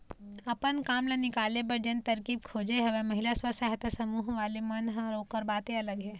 अपन काम ल निकाले बर जेन तरकीब खोजे हवय महिला स्व सहायता समूह वाले मन ह ओखर बाते अलग हे